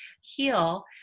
heal